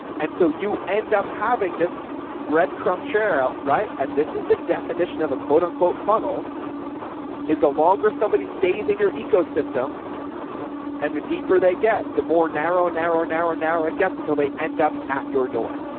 and so you end up having this breadcrumb. cherrelle right. and this is the definition of a quote, unquote funnel is the longer somebody stays in your ecosystem and the deeper they get, the more narrow, narrow, narrow, narrow it gets until they end up at your door.